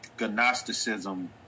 Gnosticism